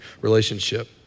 relationship